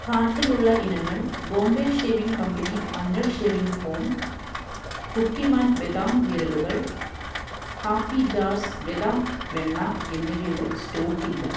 കാർട്ടിലുള്ള ഇനങ്ങൾ Bombay shaving company മഞ്ഞൾ ഷേവിംഗ് ഫോം കുക്കി മാൻ ബദാം വിരലുകൾ ഹാപ്പി ജാർസ് ബദാം വെണ്ണ എന്നിവയുടെ സ്റ്റോക്കില്ല